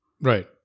Right